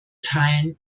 teilen